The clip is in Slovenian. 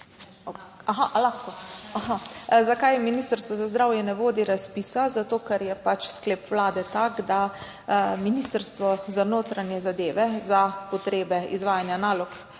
nadzirana. Zakaj Ministrstvo za zdravje ne vodi razpisa? Zato ker je pač sklep Vlade tak, da Ministrstvo za notranje zadeve za potrebe izvajanja nalog